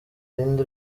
rindi